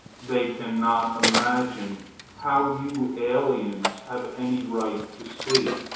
they cannot imagine how you aliens have any right to see